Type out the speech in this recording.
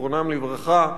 זיכרונם לברכה,